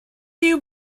you